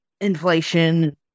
inflation